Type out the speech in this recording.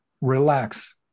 relax